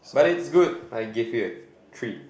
but it's good I give you a treat